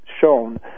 shown